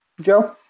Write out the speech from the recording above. Joe